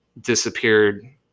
disappeared